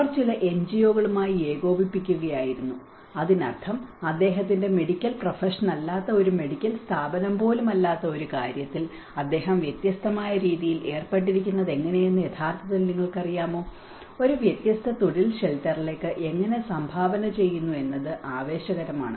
അവർ ചില എൻജിഒകളുമായി ഏകോപിപ്പിക്കുകയായിരുന്നു അതിനർത്ഥം അദ്ദേഹത്തിന്റെ മെഡിക്കൽ പ്രൊഫഷനല്ലാത്ത ഒരു മെഡിക്കൽ സ്ഥാപനം പോലും അല്ലാത്ത ഒരു കാര്യത്തിൽ അദ്ദേഹം വ്യത്യസ്തമായ രീതിയിൽ ഏർപ്പെട്ടിരിക്കുന്നതെങ്ങനെയെന്ന് യഥാർത്ഥത്തിൽ നിങ്ങൾക്കറിയാമോ ഒരു വ്യത്യസ്ത തൊഴിൽ ഷെൽട്ടറിലേക്ക് എങ്ങനെ സംഭാവന ചെയ്യുന്നു എന്നത് ആവേശകരമാണ്